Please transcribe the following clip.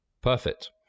Perfect